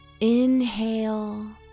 Inhale